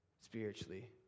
spiritually